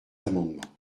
amendements